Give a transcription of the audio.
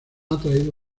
atraído